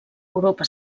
europa